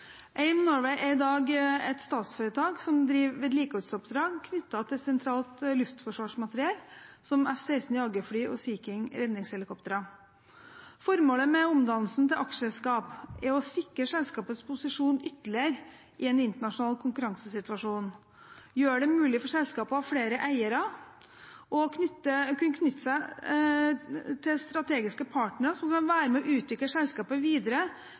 AIM Norway er i dag et statsforetak som driver vedlikeholdsoppdrag knyttet til sentralt luftforsvarsmateriell som F-16 jagerfly og Sea King redningshelikoptre. Formålet med omdannelsen til aksjeselskap er å sikre selskapets posisjon ytterligere i en internasjonal konkurransesituasjon, gjøre det mulig for selskapet å ha flere eiere og kunne knytte til seg strategiske partnere som kan være med og utvikle selskapet videre,